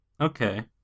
Okay